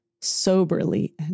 soberly